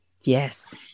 Yes